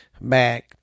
back